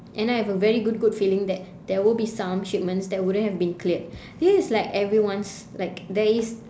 and I have a very good good feeling that there would be some shipment that wouldn't have been cleared this is like everyone's like there is